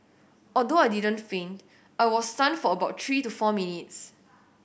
although I didn't faint I was stunned for about three to four minutes